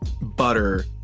butter